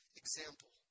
example